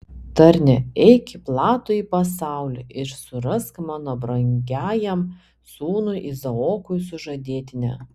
tarne eik į platųjį pasaulį ir surask mano brangiajam sūnui izaokui sužadėtinę